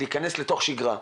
להיכנס לתוך שיגרה.